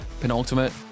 Penultimate